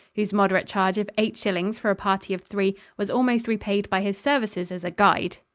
whose moderate charge of eight shillings for a party of three was almost repaid by his services as a guide.